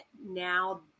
now